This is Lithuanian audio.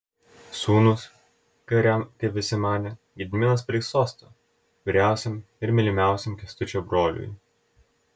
sūnus kuriam kaip visi manė gediminas paliks sostą vyriausiam ir mylimiausiam kęstučio broliui